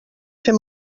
fer